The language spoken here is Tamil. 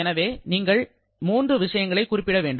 எனவே நீங்கள் மூன்று விஷயங்களை குறிப்பிட வேண்டும்